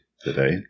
today